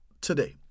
today